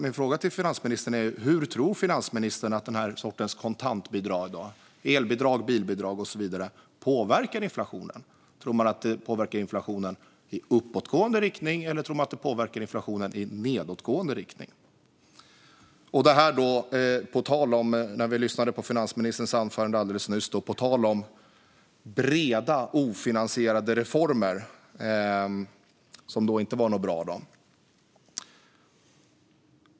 Min fråga är: Hur tror finansministern att dessa kontantbidrag - elbidrag, bilbidrag och så vidare - påverkar inflationen? Tror man att det påverkar inflationen i uppåtgående riktning eller i nedåtgående riktning? I finansministerns anförande sas det att breda ofinansierade reformer inte var något bra.